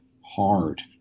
hard